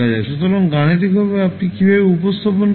সুতরাং গাণিতিকভাবে আপনি কীভাবে উপস্থাপন করবেন